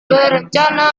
berencana